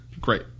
great